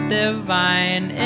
divine